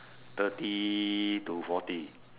thirty to forty